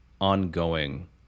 ongoing